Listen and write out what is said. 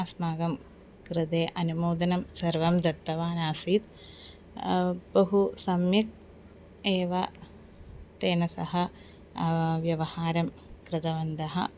अस्माकं कृते अनुमोदनं सर्वं दत्तवानासीत् बहु सम्यक् एव तेन सह व्यवहारं कृतवन्तः